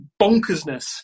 bonkersness